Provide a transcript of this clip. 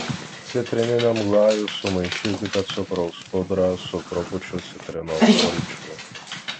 citrininiam glajui sumaišykite cukraus pudrą su trupučiu citrinos sulčių